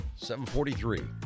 743